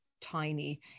tiny